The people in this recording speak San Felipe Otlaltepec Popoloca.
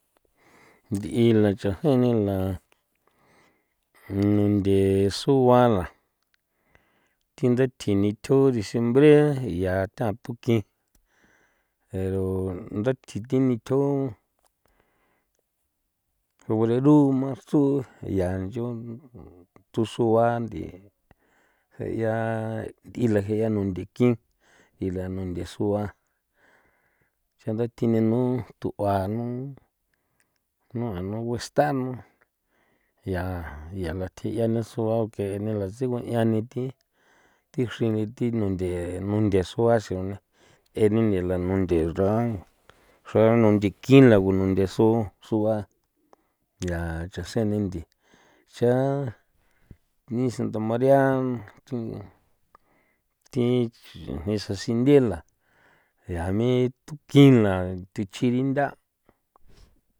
Nth'i la cha'jen ni la nunthe sua la thi ndathi nithjo diciembre ya tatukin ero ndathji thi nithjo febreru, marzu ya ncho tusua nth'i je' ya nth'i la je'a nunthe kin nthi'i la nunthe sua sandathi ni nu tu'ua nu nu a nu guestan nu ya ya la thjia la sua o ke'e ni tsigue'a ni thi xri ni thi nunthe, nunthe sua sino eni la nunthe xran xra nunthe kin la lugo nunthe so sua ya chasen ni nthe cha ni santa maria thi thi ni sa sinthe la ya ni tukin la thu chirin nda'.